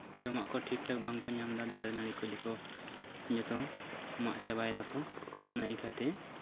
ᱡᱚᱢᱟᱜ ᱠᱚ ᱴᱷᱤᱠ ᱴᱷᱟᱠ ᱵᱟᱝᱠᱚ ᱧᱟᱢᱮᱫᱟ ᱫᱟᱨᱮᱼᱱᱟᱲᱤ ᱠᱚ ᱡᱚᱛᱚ ᱡᱚᱛᱚ ᱢᱟᱜ ᱪᱟᱵᱟᱭ ᱫᱟᱠᱚ ᱚᱱᱟ ᱤᱭᱠᱟᱹᱛᱮ